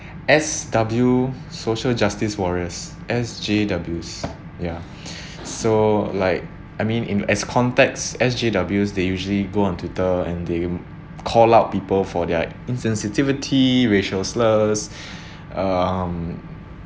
S W social justice warriors S_J_Ws ya so like I mean in as context S_J_W they usually go on twitter and they call out people for their insensitivity racial slurs um